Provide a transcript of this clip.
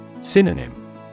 Synonym